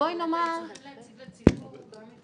ובואי נאמר --- אז אתם צריכים להציג לציבור לא רק